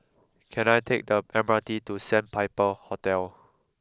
can I take the M R T to Sandpiper Hotel